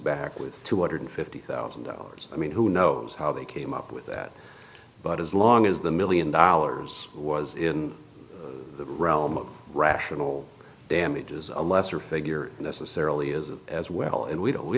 back with two hundred fifty thousand dollars i mean who knows how they came up with that but as long as the million dollars was in the realm of rational damages a lesser figure necessarily is as well and we don't we